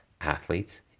athletes